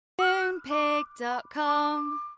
Moonpig.com